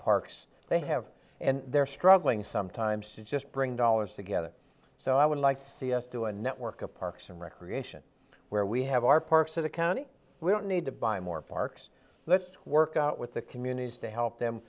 parks they have and they're struggling sometimes to just bring dollars together so i would like to see us do a network of parks and recreation where we have our parks of the county we don't need to buy more parks let's work out with the communities to help them